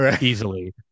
easily